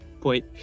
point